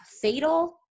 fatal